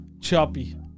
choppy